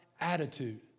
attitude